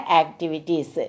activities